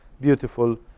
beautiful